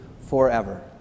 forever